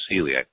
celiac